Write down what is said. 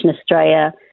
Australia